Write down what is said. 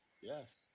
yes